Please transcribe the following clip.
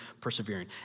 persevering